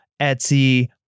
Etsy